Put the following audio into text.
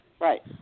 right